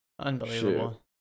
Unbelievable